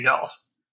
else